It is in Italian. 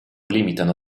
limitano